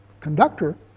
conductor